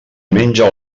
menja